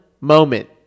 moment